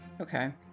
Okay